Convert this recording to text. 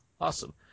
Awesome